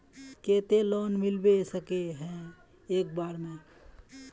केते लोन मिलबे सके है एक बार में?